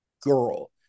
girl